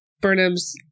Burnham's